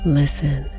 listen